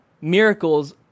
Miracles